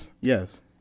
Yes